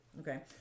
okay